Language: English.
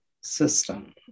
system